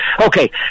Okay